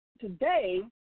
Today